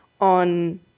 on